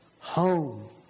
home